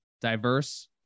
diverse